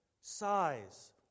size